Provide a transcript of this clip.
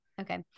Okay